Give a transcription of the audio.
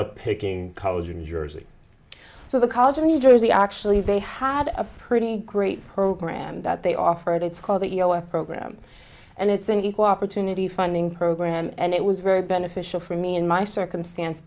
up picking college in new jersey so the college of new jersey actually they had a pretty great program that they offer it it's called the program and it's an equal opportunity funding program and it was very beneficial for me in my circumstance